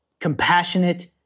compassionate